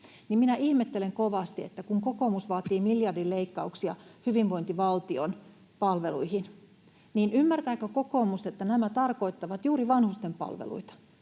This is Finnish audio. minä ihmettelen kovasti, että kun kokoomus vaatii miljardileikkauksia hyvinvointivaltion palveluihin, niin ymmärtääkö kokoomus, että nämä tarkoittavat juuri vanhusten palveluita,